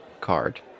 card